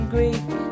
Greek